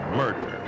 murder